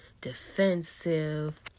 defensive